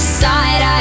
side